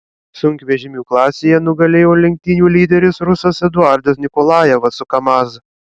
sunkvežimių klasėje nugalėjo lenktynių lyderis rusas eduardas nikolajevas su kamaz